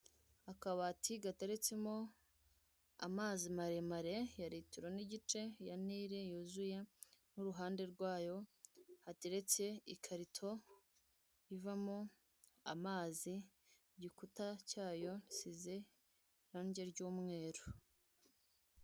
Akabati gateretsemo amazi maremare ya litiro n'igice ya Nile yuzuye n'uruhande rwayo hateretse ikarito ivamo amazi igikuta cyayo gisize irange ry'umweru.